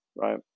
right